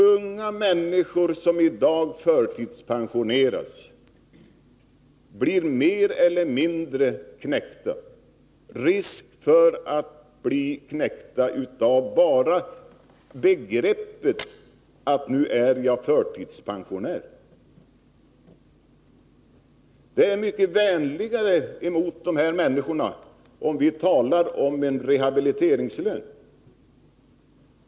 Unga människor som i dag förtidspensioneras blir mer eller mindre knäckta. Det är risk för att de blir knäckta bara av begreppet förtidspensionering — nu är jag förtidspensionär. Det är mycket vänligare mot dessa människor om vi talar om rehabiliteringslön.